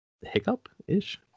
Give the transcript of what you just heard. hiccup-ish